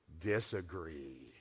disagree